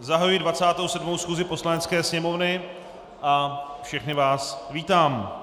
zahajuji 27. schůzi Poslanecké sněmovny a všechny vás vítám.